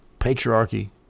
patriarchy